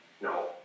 No